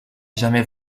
jamais